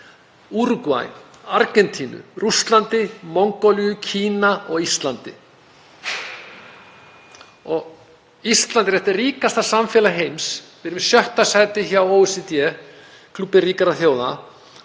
Úrúgvæ, Argentínu, Rússlandi, Mongólíu, Kína. Ísland er eitt ríkasta samfélag heims, við erum í sjötta sæti hjá OECD, klúbbi ríkra þjóða.